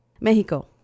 Mexico